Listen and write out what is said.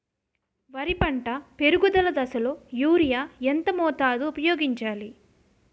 వరి పంట పెరుగుదల దశలో యూరియా ఎంత మోతాదు ఊపయోగించాలి?